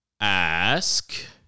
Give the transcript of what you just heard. ask